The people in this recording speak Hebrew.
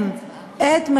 זה שוויון